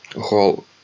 hall